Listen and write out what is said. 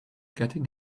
getting